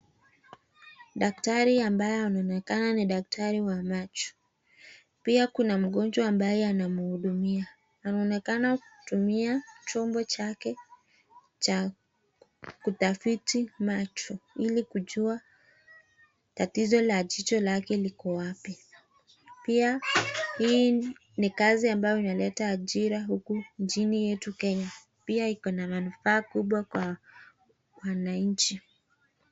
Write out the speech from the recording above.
Daktari ambaye anaonekana ni daktari wa macho pia kuna mgonjwa ambaye anamhudumia. Anaonekana kutumia chombo chake cha kutafiti macho ili kujua tatizo la jicho lake liko wapi. Pia hii ni kazi ambayo imeleta ajira huku inchi yetu Kenya pia ikona manufaa kwa wananchi.